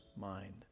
mind